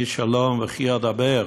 "אני שלום וכי אדבר"